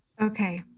Okay